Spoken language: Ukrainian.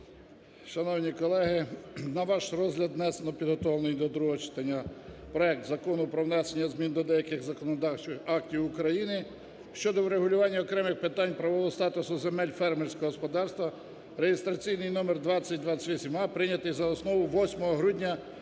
Шановні колеги, на ваш розгляд внесено підготовлений до другого читання проект Закону про внесення змін до деяких законодавчих актів України щодо врегулювання окремих питань правового статусу земель фермерського господарства (реєстраційний номер 2028а), прийнятий за основу 8 грудня